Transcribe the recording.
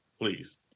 please